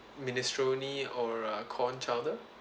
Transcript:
minestrone or uh corn chowder uh